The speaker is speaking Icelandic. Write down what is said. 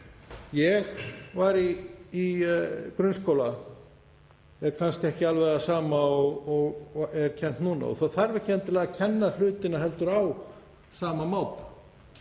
ég var í grunnskóla er kannski ekki alveg það sama og kennt er núna og það þarf ekki endilega að kenna hlutina heldur á sama máta.